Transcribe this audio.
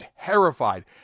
terrified